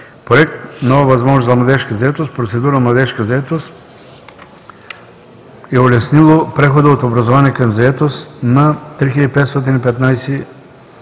Проект „Нова възможност за младежка заетост”, процедура „Младежка заетост”, е улеснило прехода от образование към заетост на 3959